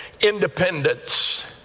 independence